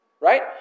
Right